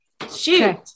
Shoot